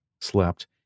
slept